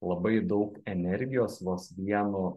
labai daug energijos vos vienu